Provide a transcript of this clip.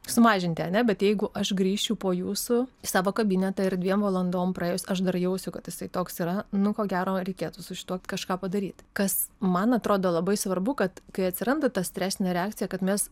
sumažinti ar ne bet jeigu aš grįšiu po jūsų į savo kabinetą ir dviem valandom praėjus aš dar jausiu kad jisai toks yra nu ko gero reikėtų su šituo kažką padaryt kas man atrodo labai svarbu kad kai atsiranda ta stresinė reakcija kad mes